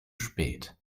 spät